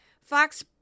Fox